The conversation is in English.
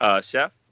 Chef